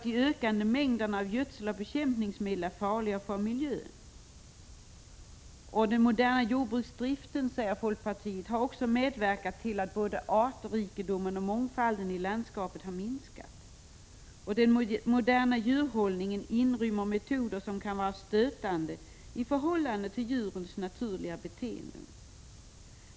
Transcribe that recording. De ökande mängderna av gödsel och bekämpningsmedel är farliga för miljön. Den moderna jordbruksdriften, säger folkpartiet, har också medverkat till att både artrikedomen och mångfalden i landskapet har minskat. Den moderna djurhållningen inrymmer metoder som kan vara stötande i förhållande till djurens naturliga beteenden.